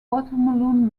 watermelon